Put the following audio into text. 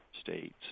states